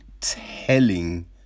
telling